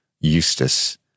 Eustace